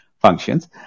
functions